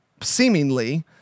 seemingly